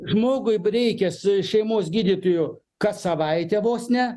žmogui reikia su šeimos gydytoju kas savaitę vos ne